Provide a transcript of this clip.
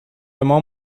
مام